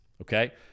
okay